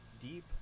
deep